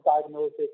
diagnosis